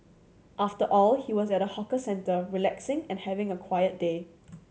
after all he was at a hawker centre relaxing and having a quiet day